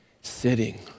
sitting